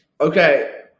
Okay